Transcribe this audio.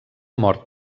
mort